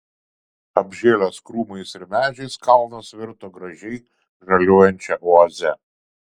apžėlęs krūmais ir medžiais kalnas virto gražiai žaliuojančia oaze